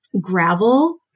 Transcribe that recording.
gravel